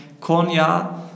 Konya